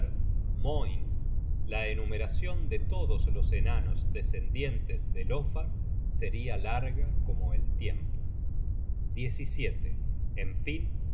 la enumeracion de todos los enanos descendientes de lofar seria larga como el tiempo en fin